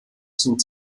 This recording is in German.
zum